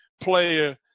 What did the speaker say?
player